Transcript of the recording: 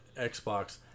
xbox